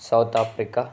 South Africa